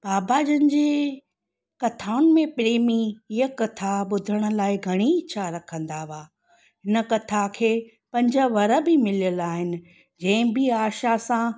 बाबा जिनि जी कथाउनि में प्रेमी इहा कथा ॿुधण लाइ घनी इच्छा रखंदा हुआ हिन कथा खे पंज वर बि मिलियल आहिनि जंहिं बि आशा सां